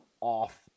off